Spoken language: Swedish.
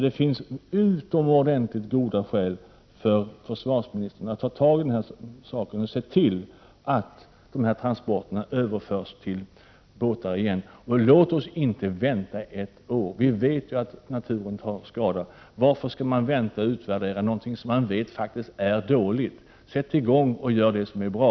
Det finns utomordentligt goda skäl för försvarsministern att ta tag i denna sak och se till att transporterna överförs till båtar igen. Låt oss inte vänta ett år. Vi vet att naturen tar skada. Varför skall man vänta och utvärdera något som man faktiskt vet är dåligt? Sätt i gång med att göra det som är bra!